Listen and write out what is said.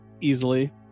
Easily